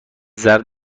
ضرب